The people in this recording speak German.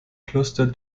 kloster